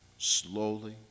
slowly